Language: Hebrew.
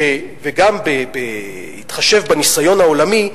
גם בהתחשב בניסיון העולמי,